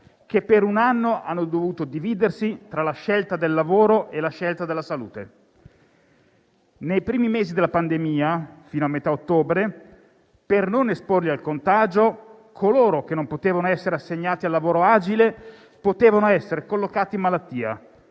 che, per un anno, hanno dovuto dividersi tra la scelta del lavoro e la scelta della salute. Nei primi mesi della pandemia, fino a metà ottobre, per non esporli al contagio, coloro che non potevano essere assegnati al lavoro agile potevano essere collocati in malattia,